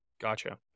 Gotcha